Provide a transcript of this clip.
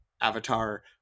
Avatar